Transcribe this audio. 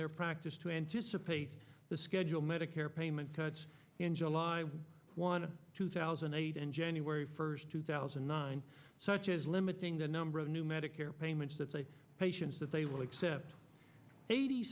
their practice to anticipate the schedule medicare payment cuts in july one to two thousand and eight and january first two thousand and nine such as limiting the number of new medicare payments that the patients that they will accept eighty